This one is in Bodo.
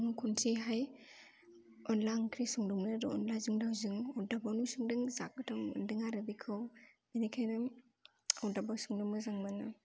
आङो खनसेहाय अनद्ला ओंख्रि संदोंमोन आरो अनद्लाजों दाउजों अरदाबावनो संदों जा गोथाव मोनदों आरो बेखौ बेनिखायनो अरदाबाव संनो मोजां मोनो